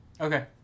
Okay